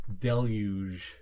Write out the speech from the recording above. deluge